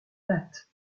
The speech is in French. date